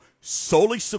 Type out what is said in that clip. solely